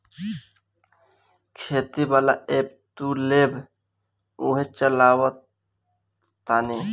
खेती वाला ऐप तू लेबऽ उहे चलावऽ तानी